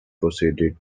proceeded